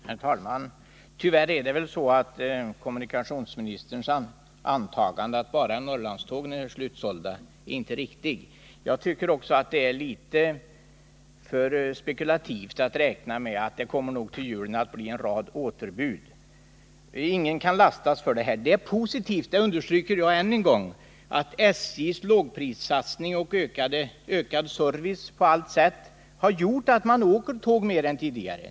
Herr talman! Tyvärr är det väl så att kommunikationsministerns antagande att bara Norrlandstågen är slutsålda inte är riktigt. Jag tycker också att det är litet för spekulativt att räkna med att det kommer att bli en rad återbud till julen. Ingen kan lastas för detta. Det är positivt jag understryker det än en gång — att SJ:s lågprissatsning och ökade service på allt sätt har gjort att man åker tåg mer än tidigare.